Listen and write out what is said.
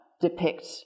depict